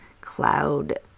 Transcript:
cloud